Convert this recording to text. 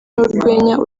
n’urwenya